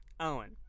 Owen